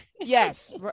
Yes